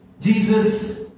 Jesus